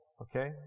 okay